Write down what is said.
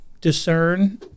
discern